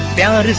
demo